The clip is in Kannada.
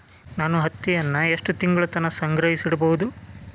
ನಾನು ಹತ್ತಿಯನ್ನ ಎಷ್ಟು ತಿಂಗಳತನ ಸಂಗ್ರಹಿಸಿಡಬಹುದು?